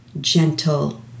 gentle